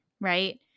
Right